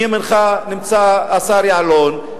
מימינך נמצא השר יעלון,